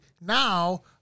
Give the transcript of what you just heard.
now